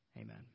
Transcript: Amen